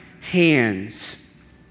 hands